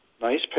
nice